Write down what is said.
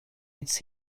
its